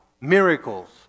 Miracles